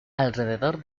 alrededor